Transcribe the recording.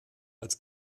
als